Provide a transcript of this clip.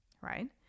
Right